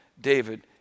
David